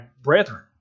brethren